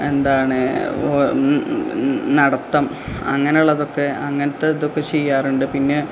എന്താണ് നടത്തം അങ്ങനെ ഉള്ളതൊക്കെ അങ്ങനത്തെ ഇതൊക്കെ ചെയ്യാറുണ്ട് പിന്നെ